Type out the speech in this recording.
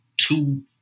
Two